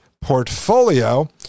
portfolio